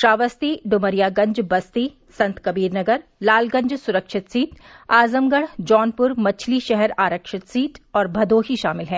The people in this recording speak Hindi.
श्रावस्ती ड्मरियागंज बस्ती संतकबीर नगर लालगंज सुरक्षित सीट आजमगढ़ जोनपुर मछलीशहर आरक्षित सीट और भदोही शामिल हैं